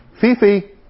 Fifi